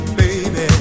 baby